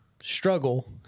struggle